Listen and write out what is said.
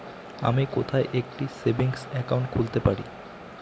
আমি কোথায় একটি সেভিংস অ্যাকাউন্ট খুলতে পারি?